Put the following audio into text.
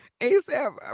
asap